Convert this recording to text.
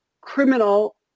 criminal